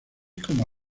como